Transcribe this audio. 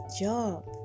job